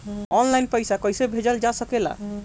आन line पईसा कईसे भेजल जा सेकला?